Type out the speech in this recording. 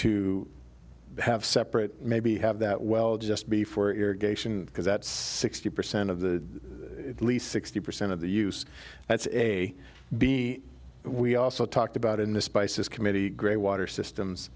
to have separate maybe have that well just before irrigation because that's sixty percent of the at least sixty percent of the use that's a b we also talked about in the spices committee great water systems